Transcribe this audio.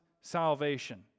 salvation